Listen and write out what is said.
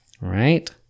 right